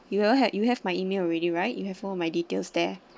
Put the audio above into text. you all have you have my email already right you have all my details there